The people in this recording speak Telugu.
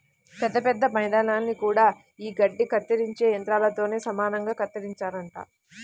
పెద్ద పెద్ద మైదానాల్ని గూడా యీ గడ్డి కత్తిరించే యంత్రాలతోనే సమానంగా కత్తిరిత్తారంట